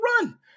run